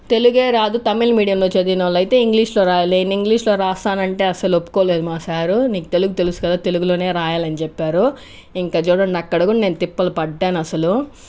తెలుగే రాదు తమిళ మీడియంలో చదివిన వాళ్ళు అయితే ఇంగ్లీష్లో రాయాలి నేను ఇంగ్లీష్లో రాస్తానంటే అసలు ఒప్పుకోలేదు మా సార్ నీకు తెలుగు తెలుసు కదా తెలుగులో రాయాలని చెప్పారు ఇంకా చూడండి అక్కడ కూడా నేను తిప్పలు పడ్డాను అసలు